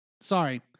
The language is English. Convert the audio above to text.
Sorry